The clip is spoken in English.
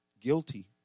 guilty